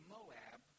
Moab